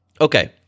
Okay